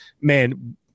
Man